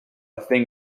thing